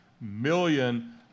million